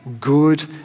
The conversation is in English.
good